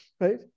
right